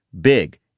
Big